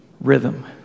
rhythm